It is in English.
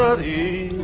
ah the